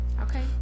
okay